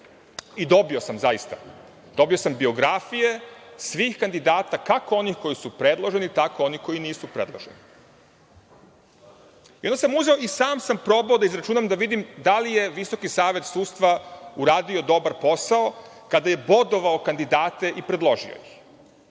i dobio sam zaista. Dobio sam biografije svih kandidata, kako onih koji su predloženi, tako i onih koji nisu predloženi. Onda sam uzeo i sam sam probao da izračunam da vidim da li je Visoki savet sudstva uradio dobar posao kada je bodovao kandidate i predložio ih.